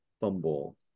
fumble